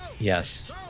Yes